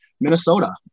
Minnesota